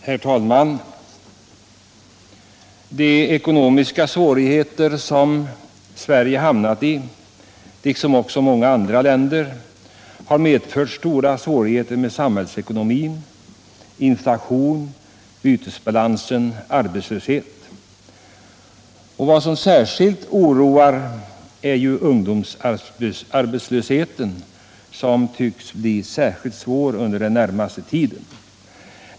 Herr talman! De ekonomiska besvärligheter som Sverige liksom många andra länder hamnat i har medfört stora svårigheter för samhällsekonomin: inflation, bytesbalansproblem och arbetslöshet. Vad som särskilt oroar är ungdomsarbetslösheten, som tycks bli särskilt svår under den närmaste tiden.